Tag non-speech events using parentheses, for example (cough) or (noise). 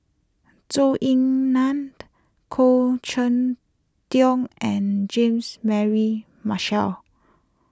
Zhou Ying Nan (noise) Khoo Cheng Tiong and Jeans Mary Marshall